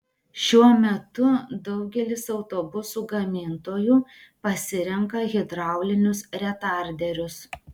šiuo metu daugelis autobusų gamintojų pasirenka hidraulinius retarderius